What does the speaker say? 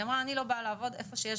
היא אמרה 'אני לא באה לעבוד איפה שיש